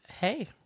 Hey